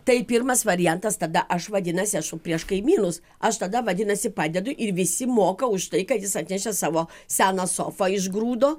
tai pirmas variantas tada aš vadinasi esu prieš kaimynus aš tada vadinasi padedu ir visi moka už tai ką jis atnešė savo seną sofą išgrūdo